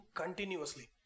continuously